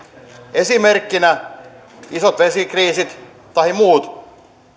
esimerkkinä isot vesikriisit muuntajaongelmat tai muut